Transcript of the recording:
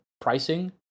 pricing